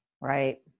Right